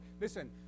Listen